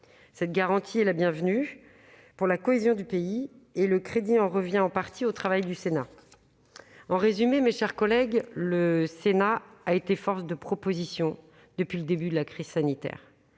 Cette garantie est la bienvenue pour la cohésion du pays, et le crédit en revient en partie au travail du Sénat. En résumé, mes chers collègues, le Sénat est une force de propositions depuis le début de la crise sanitaire.